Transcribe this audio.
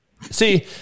See